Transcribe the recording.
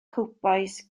cowbois